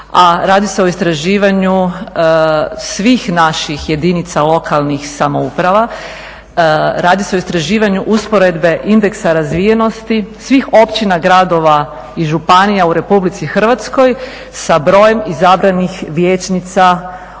a radi se o istraživanju svih naših jedinica lokalnih samouprava, radi se o istraživanju usporedbe indeksa razvijenosti svih općina, gradova i županija u RH sa brojem izabranih vijećnica u